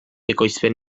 ekoizpen